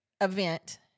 event